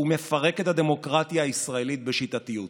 הוא מפרק את הדמוקרטיה הישראלית בשיטתיות,